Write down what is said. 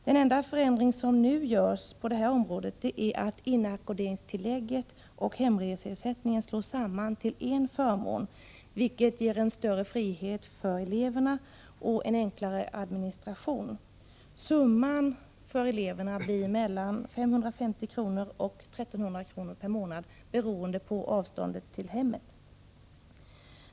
Den enda förändring som nu görs på detta område är att inackorderingstillägg och hemreseersättning slås samman till en förmån, vilket ger en större frihet för eleverna och en enklare administration. Summan blir mellan 550 och 1 300 kr. per månad för eleverna, beroende på avståndet till hemmet.